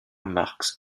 marx